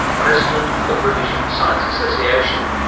president of the british science association,